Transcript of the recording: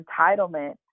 entitlement